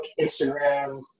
Instagram